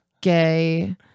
gay